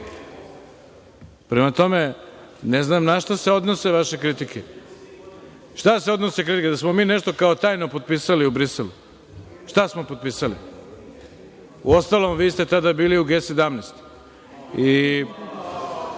bilo. Prema tome, ne znam na šta se odnose vaše kritike? Šta se odnose kritike, da smo nešto, kao tajno, potpisali u Briselu? Šta smo potpisali? Uostalom, vi ste tada bili u G17, i